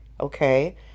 okay